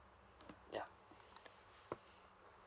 yeah